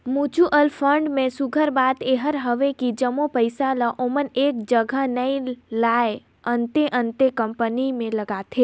mutual fund में सुग्घर बात एहर हवे कि जम्मो पइसा ल ओमन एक जगहा नी लगाएं, अन्ते अन्ते कंपनी में लगाथें